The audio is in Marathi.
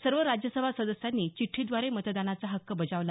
सर्व राज्यसभा सदस्यांनी चिठ्ठीद्वारे मतदानाचा हक्क बजावला